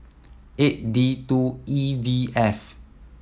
eight D two E V F